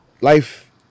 life